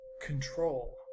Control